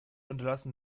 unterlassen